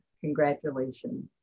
Congratulations